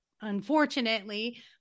unfortunately